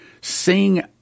Sing